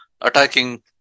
attacking